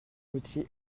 outil